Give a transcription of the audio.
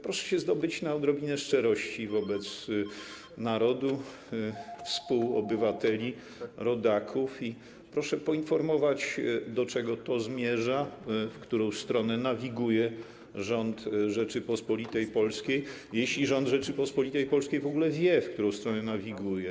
Proszę się zdobyć na odrobinę szczerości wobec narodu, współobywateli, rodaków, i proszę poinformować, do czego to zmierza, w którą stronę nawiguje rząd Rzeczypospolitej Polskiej, jeśli rząd Rzeczypospolitej Polskiej w ogóle wie, w którą stronę nawiguje.